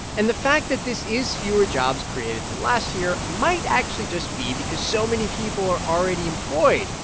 and the fact that this is fewer jobs created than last year might actually just be because so many people are already employed.